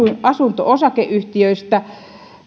asunto osakeyhtiöistä